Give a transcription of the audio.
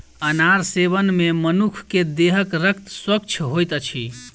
अनार सेवन मे मनुख के देहक रक्त स्वच्छ होइत अछि